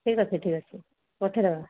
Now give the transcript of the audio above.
ଠିକ୍ ଅଛି ଠିକ୍ ଅଛି ପଠେଇଦେବା